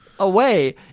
away